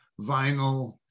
vinyl